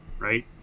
Right